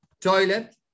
toilet